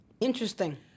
Interesting